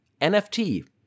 NFT